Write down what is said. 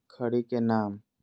खड़ी के नाम?